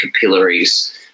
capillaries